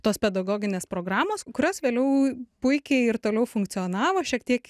tos pedagoginės programos kurios vėliau puikiai ir toliau funkcionavo šiek tiek